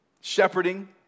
Shepherding